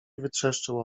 wytrzeszczył